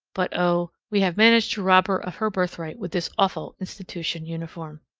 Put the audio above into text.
but, oh, we have managed to rob her of her birthright with this awful institution uniform!